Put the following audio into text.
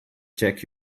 check